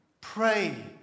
pray